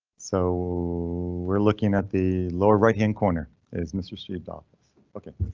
so we're looking at the lower right hand corner is mr strebe's office ok?